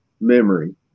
memory